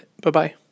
Bye-bye